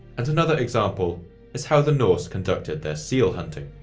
and another example is how the norse conducted their seal hunting.